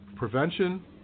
Prevention